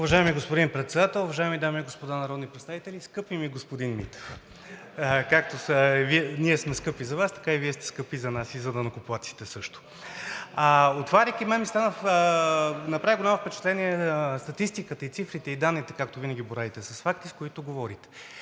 Уважаеми господин Председател, уважаеми дами и господа народни представители! Скъпи ми господин Митев, както ние сме скъпи за Вас, така и Вие сте скъпи за нас и за данъкоплатците също! На мен ми направи голямо впечатление статистиката, цифрите и данните, както винаги, боравите с факти, с които говорите.